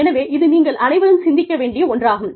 எனவே இது நீங்கள் அனைவரும் சிந்திக்க வேண்டிய ஒன்றாகும்